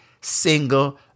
single